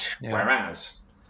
Whereas